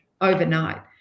overnight